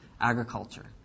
agriculture